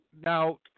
now